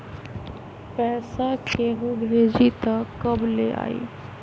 पैसा केहु भेजी त कब ले आई?